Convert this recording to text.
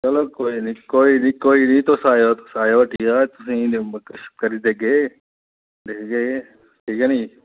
चलो कोई नेईं तुस आएओ तुस आएओ तुसें गी करी देगे ठीक ऐ निं